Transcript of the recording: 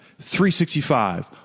365